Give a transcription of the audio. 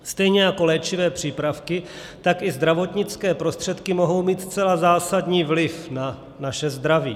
Stejně jako léčivé přípravky, tak i zdravotnické prostředky mohou mít zcela zásadní vliv na naše zdraví.